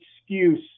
excuse